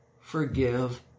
forgive